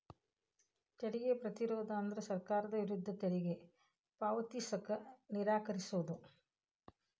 ತೆರಿಗೆ ಪ್ರತಿರೋಧ ಅಂದ್ರ ಸರ್ಕಾರದ ವಿರುದ್ಧ ತೆರಿಗೆ ಪಾವತಿಸಕ ನಿರಾಕರಿಸೊದ್